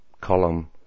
column